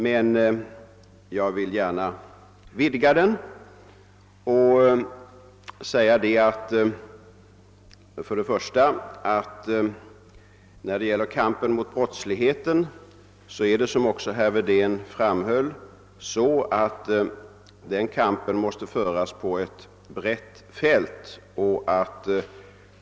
Men jag vill gärna vidga frågeställningen och säga att kampen mot brottsligheten måste — som herr Wedén också framhöll — föras på ett brett fält.